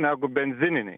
negu benzininiai